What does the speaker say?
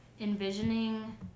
envisioning